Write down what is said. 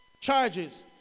charges